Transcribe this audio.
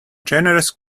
generous